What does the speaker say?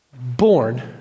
Born